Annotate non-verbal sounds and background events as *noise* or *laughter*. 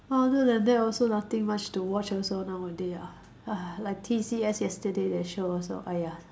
until like that also nothing much to watch also nowadays ah *breath* like T_C_S yesterday that show also !aiya!